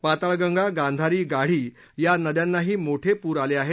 पाताळगंगा गांधारी गाढी या नद्यानाही मोठे पूर आले आहेत